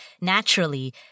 naturally